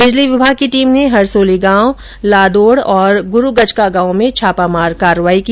बिजली विभाग की टीम ने हरसोली गांव लादोड़ गांव और ग्रुगचका गांव में छापामार कार्रवाई की